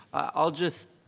i'll just,